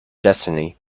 destiny